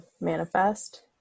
manifest